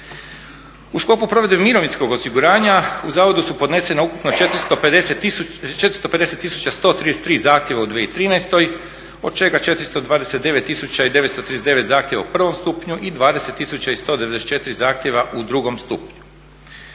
U sklopu provedbe mirovinskog osiguranja u zavodu su podnesena ukupno 450 tisuća 133 zahtjeva u 2013. od čega 429 tisuća i 939 zahtjeva u prvom stupnju i 20 tisuća i 194 zahtjeva u drugom stupnju.